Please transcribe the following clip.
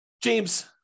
James